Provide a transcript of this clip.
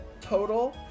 total